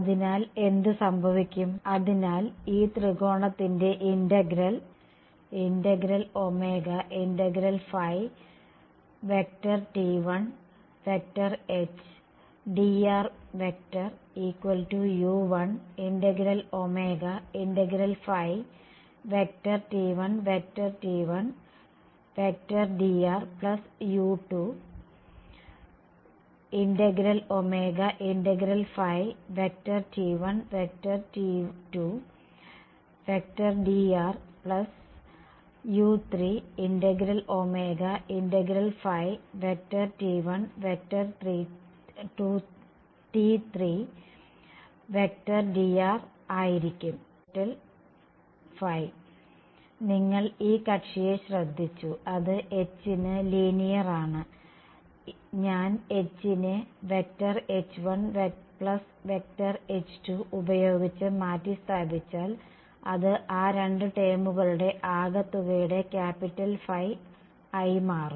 അതിനാൽ എന്ത് സംഭവിക്കും അതിനാൽ ഈ ത്രികോണത്തിന്റെ ഇന്റഗ്രൽ T1Hdru1T1T1dru2T1T2dru3T1T3dr ആയിരിക്കും നിങ്ങൾ ഈ കക്ഷിയെ ശ്രദ്ധിച്ചു അത് H ന് ലീനിയർ ആണ് ഞാൻ H നെ H1H2 ഉപയോഗിച്ച് മാറ്റിസ്ഥാപിച്ചാൽ അത് ആ രണ്ട് ടേമുകളുടെ ആകെത്തുകയുടെ ക്യാപിറ്റൽ ഫി ആയി മാറും